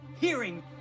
hearing